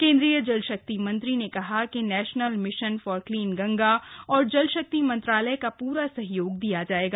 केन्द्रीय जल शक्ति मंत्री ने कहा कि national mission for clean Ganga और जल शक्ति मंत्रालय का पूरा सहयोग दिया जाएगा